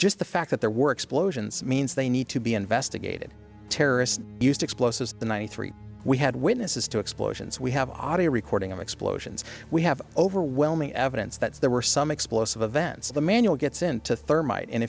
just the fact that there were explosions means they need to be investigated terrorist used explosives in ninety three we had witnesses to explosions we have already recording of explosions we have overwhelming evidence that there were some explosive events of the manual gets into thermite and